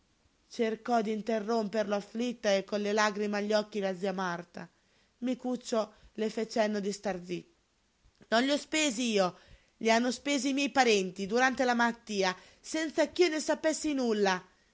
mio cercò d'interromperlo afflitta e con le lagrime agli occhi zia marta micuccio le fe cenno di star zitta non li ho spesi io li hanno spesi i miei parenti durante la malattia senza ch'io ne sapessi nulla